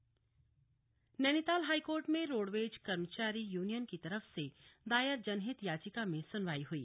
high court सुनवाई Nainital high court में roadways कर्मचारी यूनियन की तरफ से दायर जनहित याचिका में सुनवाई हुई